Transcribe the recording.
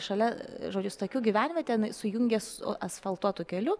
šalia žodžiu stakių gyvenvietė sujungė su asfaltuotu keliu